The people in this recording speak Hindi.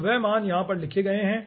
तो वे मान यहाँ पर लिखे गए हैं